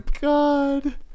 God